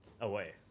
away